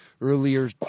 earlier